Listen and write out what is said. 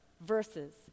verses